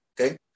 okay